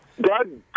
Doug